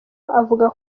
avuga